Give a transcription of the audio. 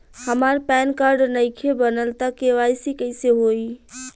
हमार PAN card नईखे बनल त के.वाइ.सी कइसे होई?